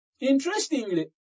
Interestingly